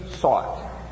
sought